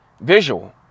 visual